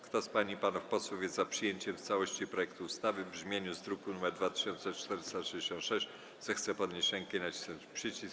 Kto z pań i panów posłów jest za przyjęciem w całości projektu ustawy w brzmieniu z druku nr 2466, zechce podnieść rękę i nacisnąć przycisk.